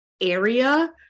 area